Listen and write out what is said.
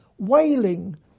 wailing